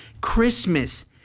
Christmas